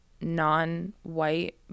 non-white